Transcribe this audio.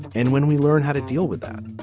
and when we learn how to deal with that